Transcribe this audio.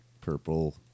purple